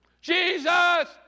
Jesus